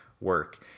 work